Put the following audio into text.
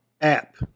app